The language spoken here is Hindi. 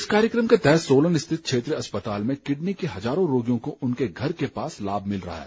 इस कार्यक्रम के तहत सोलन स्थित क्षेत्रीय अस्पताल में किडनी के हजारों रोगियों को उनके घर के पास लाम भिल रहा है